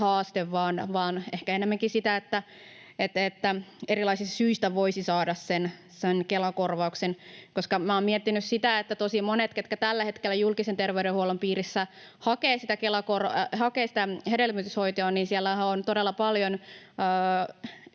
haaste, vaan ehkä enemmänkin sitä, että erilaisista syistä voisi saada sen Kela-korvauksen. Olen miettinyt sitä, että niissä, ketkä tällä hetkellä julkisen terveydenhuollon piirissä hakevat hedelmöityshoitoa, on todella paljon